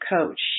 coach